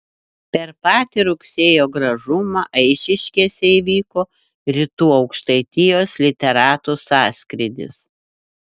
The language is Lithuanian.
per patį rugsėjo gražumą eišiškėse įvyko rytų aukštaitijos literatų sąskrydis